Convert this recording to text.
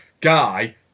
guy